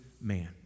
man